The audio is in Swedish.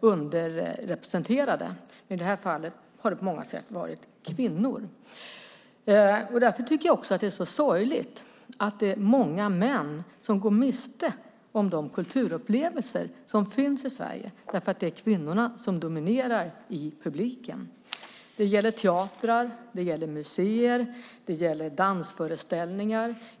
underrepresenterade. I det här fallet har det på många sätt varit kvinnor. Jag tycker att det är sorgligt att många män går miste om de kulturupplevelser som finns i Sverige. Det är kvinnorna som dominerar i publiken. Det gäller teatrar, museer och dansföreställningar.